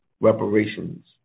reparations